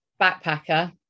backpacker